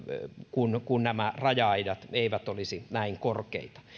kun kun nämä raja aidat eivät olisi näin korkeita